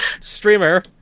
streamer